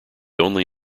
only